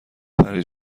پری